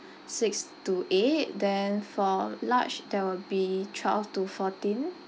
six to eight then for large there will be twelve to fourteen